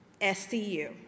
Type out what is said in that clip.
SCU